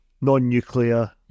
non-nuclear